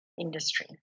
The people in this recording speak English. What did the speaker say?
industry